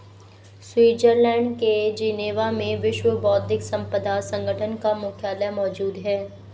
Switzerland के Geneva में विश्व बौद्धिक संपदा संगठन का मुख्यालय मौजूद है